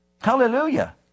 Hallelujah